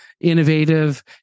innovative